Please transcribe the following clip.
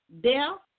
death